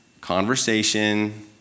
conversation